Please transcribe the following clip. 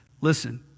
Listen